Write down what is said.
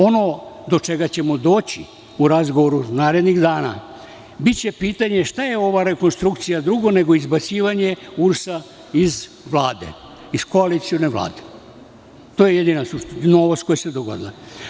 Ono do čega ćemo doći u razgovoru narednih dana biće pitanje - šta je ova rekonstrukcija drugo nego izbacivanje URS iz Vlade, iz koalicione Vlade, to je jedina novost koja se dogodila.